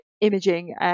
imaging